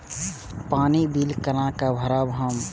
पानी बील केना भरब हम?